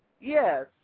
Yes